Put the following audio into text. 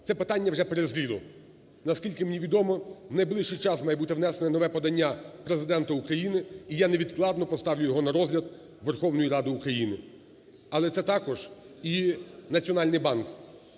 це питання вже перезріло. Наскільки мені відомо в найближчий час має бути внесене нове подання Президента України, і я невідкладно поставлю його на розгляд Верховної Ради України. Але це також і Національний банк,